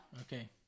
Okay